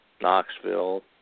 Knoxville